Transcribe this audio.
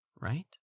right